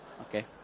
Okay